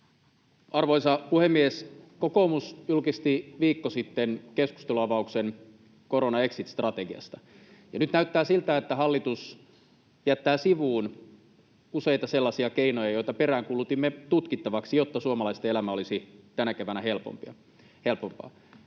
Arvoisa puhemies! Kokoomus julkisti viikko sitten keskustelunavauksen koronan exit-strategiasta, ja nyt näyttää siltä, että hallitus jättää sivuun useita sellaisia keinoja, joita peräänkuulutimme tutkittavaksi, jotta suomalaisten elämä olisi tänä keväänä helpompaa.